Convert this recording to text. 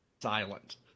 silent